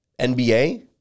NBA